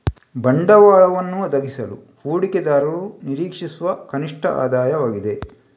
ಬಂಡವಾಳವನ್ನು ಒದಗಿಸಲು ಹೂಡಿಕೆದಾರರು ನಿರೀಕ್ಷಿಸುವ ಕನಿಷ್ಠ ಆದಾಯವಾಗಿದೆ